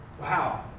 Wow